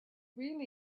really